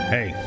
Hey